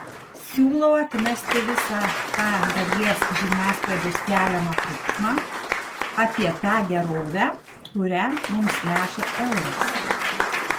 siūlau atmesti visą tą dalies žiniasklaidos keliamą triukšmą apie tą gerovę kurią mums neša euras